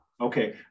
Okay